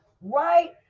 right